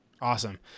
Awesome